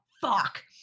fuck